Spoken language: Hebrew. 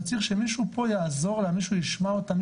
צריך שמישהו פה יעזור לנו שהוא ישמע אותה,